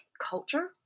culture